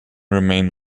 remained